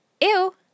ew